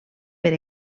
per